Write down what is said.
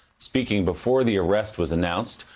speaking before the arrest was announced,